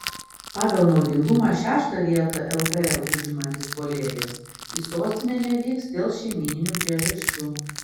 pagal naudingumą šeštą vietą lkl užimantis puolėjas į sostinę nevyks dėl šeimyninių priežasčių